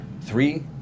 three